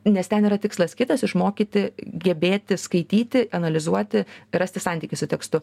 nes ten yra tikslas kitas išmokyti gebėti skaityti analizuoti rasti santykį su tekstu